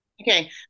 Okay